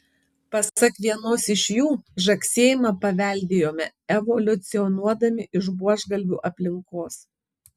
pasak vienos iš jų žagsėjimą paveldėjome evoliucionuodami iš buožgalvių aplinkos